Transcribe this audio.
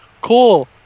cool